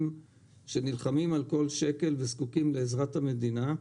שנלחמים על כל שקל וזקוקים לעזרת המדינה,